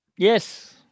Yes